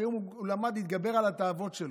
והיום הוא למד להתגבר על התאוות שלו,